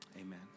Amen